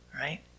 right